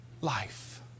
life